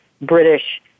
British